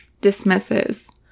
dismisses